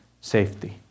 safety